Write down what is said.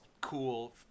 cool